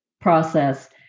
process